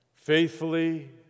faithfully